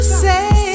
say